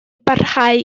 barhau